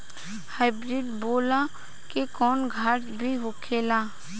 Hybrid बोला के कौनो घाटा भी होखेला?